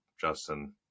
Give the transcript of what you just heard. Justin